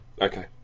Okay